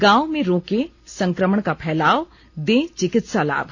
गांव में रोके संक्रमण का फैलाव दे चिकित्सा लाभ